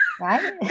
right